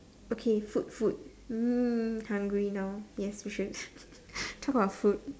okay food food mm hungry now yes we should talk about food